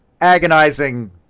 agonizing